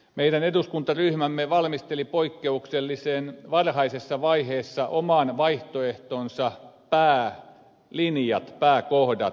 meidän eduskuntaryhmämme valmisteli poikkeuksellisen varhaisessa vaiheessa oman vaihtoehtonsa päälinjat pääkohdat